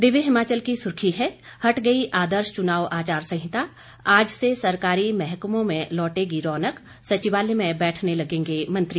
दिव्य हिमाचल की सुर्खी है हट गई आदर्श चुनाव आचार संहिता आज से सरकारी महकमों में लौटेगी रौनक सचिवालय में बैठन लगेंगे मंत्री